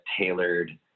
tailored